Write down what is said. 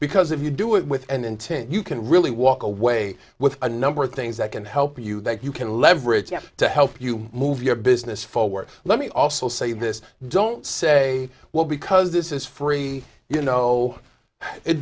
because if you do it with an intent you can really walk away with a number of things that can help you that you can leverage to help you move your business forward let me also say this don't say well because this is free you know it